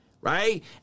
Right